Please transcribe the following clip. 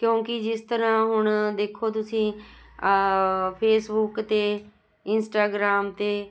ਕਿਉਂਕਿ ਜਿਸ ਤਰ੍ਹਾਂ ਹੁਣ ਦੇਖੋ ਤੁਸੀਂ ਫੇਸਬੁਕ 'ਤੇ ਇੰਸਟਾਗ੍ਰਾਮ 'ਤੇ